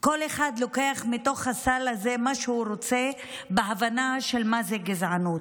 כל אחד לוקח מתוך הסל הזה מה שהוא רוצה בהבנה של מה זה גזענות.